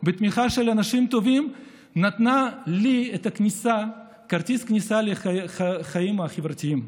בתמיכה של אנשים טובים נתנה לי את כרטיס הכניסה לחיים החברתיים.